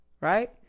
right